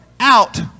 Out